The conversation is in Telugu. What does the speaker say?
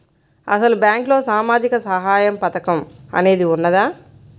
అసలు బ్యాంక్లో సామాజిక సహాయం పథకం అనేది వున్నదా?